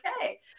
okay